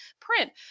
print